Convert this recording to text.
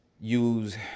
use